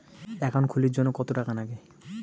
Account খুলির জন্যে কত টাকা নাগে?